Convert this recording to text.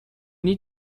need